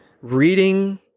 reading